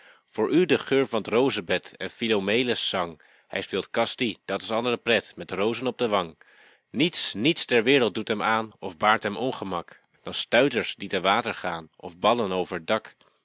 voor u de geur van t rozenbed en filomele's zang hij speelt kastie dat s andre pret met rozen op de wang niets niets ter wereld doet hem aan of baart hem ongemak dan stuiters die te water gaan of ballen over t dak